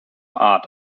art